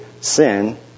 sin